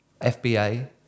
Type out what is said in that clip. FBA